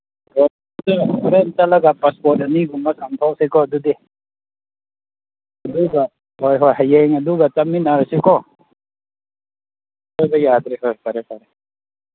ꯑꯣ ꯑꯗꯨ ꯍꯣꯔꯦꯟ ꯆꯠꯂꯒ ꯄꯥꯁꯄꯣꯠ ꯑꯅꯤꯒꯨꯝꯕ ꯆꯥꯝꯊꯣꯛꯎꯁꯦꯀꯣ ꯑꯗꯨꯗꯤ ꯑꯗꯨꯒ ꯍꯣꯏ ꯍꯣꯏ ꯍꯌꯦꯡ ꯑꯗꯨꯒ ꯆꯠꯃꯤꯟꯅꯔꯁꯦꯀꯣ ꯍꯣꯏ ꯍꯣꯏ ꯌꯥꯔꯗꯤ ꯍꯣꯏ ꯐꯔꯦ ꯐꯔꯦ